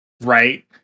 right